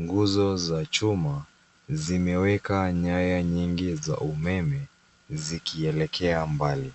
Nguzo za chuma zimeweka nyaya nyingi za umeme zikielekea mbali.